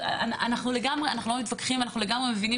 אנחנו לא מתווכחים ואנחנו לגמרי מבינים